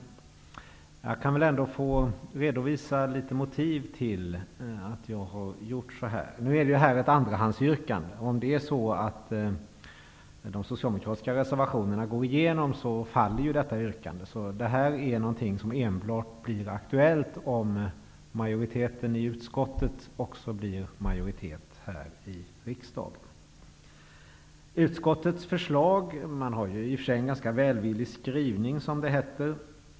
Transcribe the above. Jag kan väl ändå få redovisa några av motiven till att jag har gjort så här. Det rör sig om ett andrahandsyrkande. Om de socialdemokratiska reservationerna går igenom faller detta yrkande. Detta yrkande blir bara aktuellt om majoriteten i utskottet också blir majoritet i kammaren. Utskottet har en ganska välvillig skrivning.